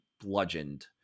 bludgeoned